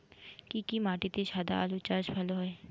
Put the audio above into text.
কি কি মাটিতে সাদা আলু চাষ ভালো হয়?